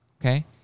Okay